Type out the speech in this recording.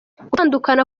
gutandukana